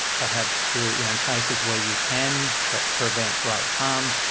perhaps to, you know, in cases where you can perhaps prevent great harm,